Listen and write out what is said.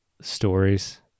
stories